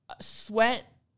sweat